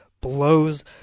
blows